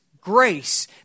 grace